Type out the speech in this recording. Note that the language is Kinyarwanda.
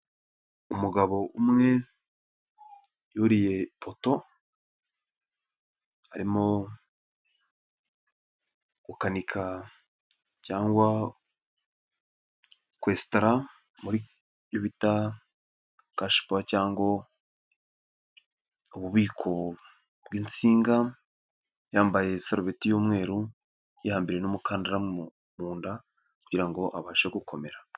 Umugabo umwe yuriye ipoto, arimo gukanika cyangwa kwesitara muri cash power cyangwa ububiko bw'insinga, yambaye isalubeti y'umweru, yambere n'umukandara mu nda kugirango abashe gukomera.